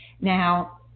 Now